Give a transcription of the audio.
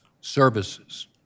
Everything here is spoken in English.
services